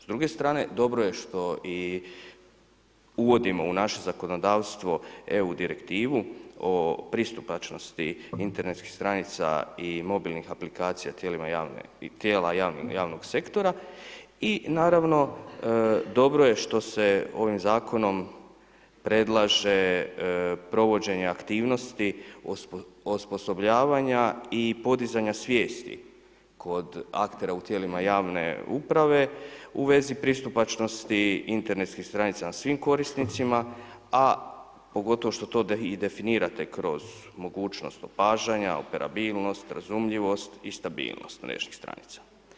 S druge strane, dobro je što i uvodimo u naše zakonodavstvo EU direktivu o pristupačnosti internetskih stranica i mobilnih aplikacija tijela javnog sektora i naravno, dobro je što se ovim zakonom predlaže provođenje aktivnosti osposobljavanja i podizanja svijesti kod aktera u tijelima javne uprave u vezi pristupačnosti internetskih stranica na svim korisnicima a pogotovo što to i definirate kroz mogućnost opažanja, operabilnost, razumljivost i stabilnost mrežnih stranica.